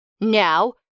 Now